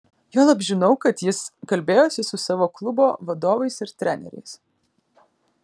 juolab žinau kad jis kalbėjosi su savo klubo vadovais ir treneriais